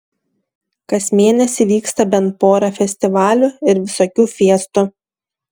kas mėnesį vyksta bent pora festivalių ir visokių fiestų